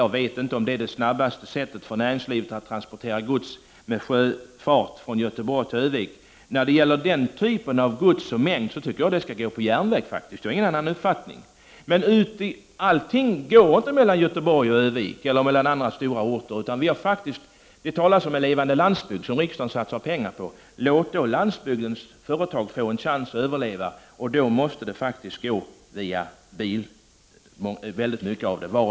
Jag vet inte om det snabbaste sättet för näringslivet att transportera gods från Göteborg till Örnsköldsvik är att transportera det med båt. Den mängden av gods tycker jag skall gå på järnväg. Jag har ingen annan uppfattning. Men alla transporter går inte mellan Göteborg och Örnsköldsvik eller mellan andra stora orter. Det talas om en levande landsbygd, som riksdagen satsar pengar på. Låt landsbygdens företag få en chans att överleva! Då måste många transporter gå via landsväg, vare sig vi säger det — Prot. 1989/90:31 ena eller det andra.